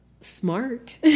smart